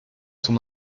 son